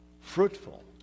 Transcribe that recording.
fruitful